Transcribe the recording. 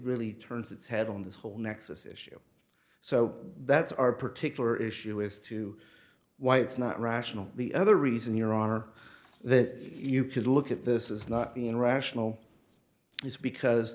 really turns its head on this whole nexus issue so that's our particular issue as to why it's not rational the other reason your honor that you could look at this as not being rational is because